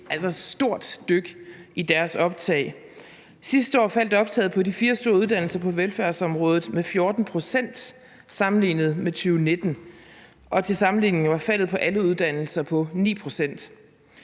et stort dyk i optaget. Sidste år faldt optaget på de fire store uddannelser på velfærdsområdet med 14 pct. sammenlignet med 2019. Til sammenligning var faldet på alle uddannelser på 9 pct.